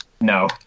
No